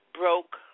broke